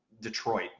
Detroit